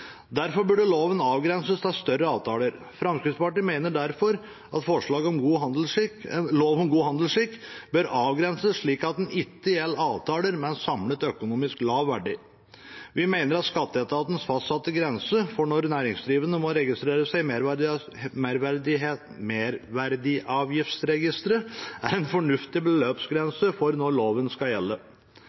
Derfor burde loven avgrenses til større avtaler. Fremskrittspartiet mener derfor at lov om god handelsskikk bør avgrenses, slik at den ikke gjelder avtaler med en samlet økonomisk lav verdi. Vi mener at skatteetatens fastsatte grense for når næringsdrivende må registrere seg i Merverdiavgiftsregisteret, er en fornuftig beløpsgrense for når loven skal gjelde.